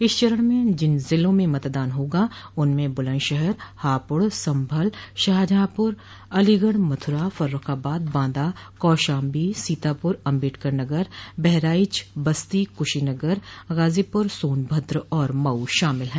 इस चरण में जिन जिलों में मतदान होगा उनमें बुलन्दशहर हापुड़ संभल शाहजहांपुर अलीगढ़ मथुरा फर्रूखाबाद बांदा कौशाम्बी सीतापुर अम्बेडकर नगर बहराइच बस्ती कुशीनगर गाजीपुर सोनभद्र और मऊ शामिल है